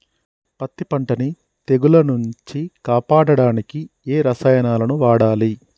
పత్తి పంటని తెగుల నుంచి కాపాడడానికి ఏ రసాయనాలను వాడాలి?